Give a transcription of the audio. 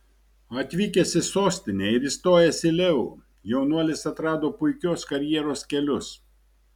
atvykęs į sostinę ir įstojęs į leu jaunuolis atrado puikios karjeros kelius